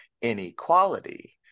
inequality